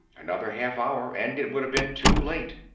another half hour and it would have been too late.